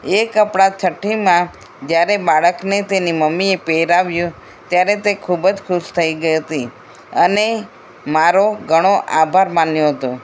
એ કપડા છઠ્ઠીમાં જ્યારે બાળકને તેની મમ્મીએ પહેરાવ્યા ત્યારે તે ખૂબ જ ખુશ થઈ ગઈ હતી અને મારો ઘણો આભાર માન્યો હતો